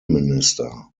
minister